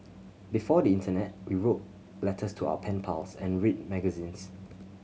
before the internet we wrote letters to our pen pals and read magazines